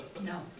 No